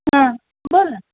हां बोल ना